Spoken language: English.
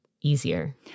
easier